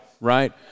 right